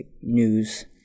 news